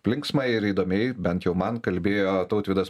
linksmai ir įdomiai bent jau man kalbėjo tautvydas